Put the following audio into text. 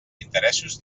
interessos